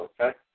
Okay